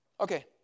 Okay